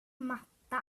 mattan